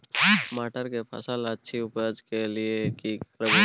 मटर के फसल अछि उपज के लिये की करबै?